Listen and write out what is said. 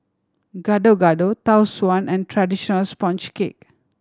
Gado Gado Tau Suan and traditional sponge cake